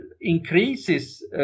increases